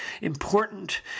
important